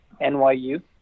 NYU